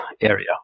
area